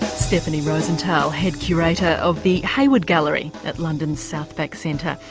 stephanie rosenthal, head curator of the hayward gallery at london's southbank centre.